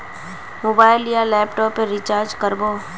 Mobile या laptop पेर recharge कर बो?